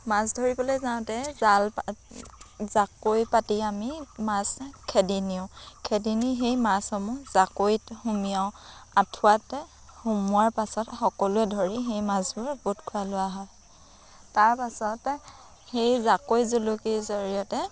মাছ ধৰিবলৈ যাওঁতে জাল জাকৈ পাতি আমি মাছ খেদি নিওঁ খেদি নি সেই মাছসমূহ জাকৈত সুমিয়াও আঠুৱাত সোমোৱাৰ পাছত সকলোৱে ধৰি সেই মাছবোৰ গোট খোৱা লোৱা হয় তাৰ পাছত সেই জাকৈ জুলুকিৰ জৰিয়তে